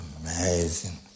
amazing